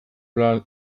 planik